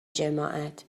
جماعت